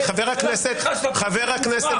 --- חבר הכנסת --- אתה פשוט מופרך.